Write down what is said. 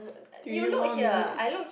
three more minutes